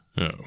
Oh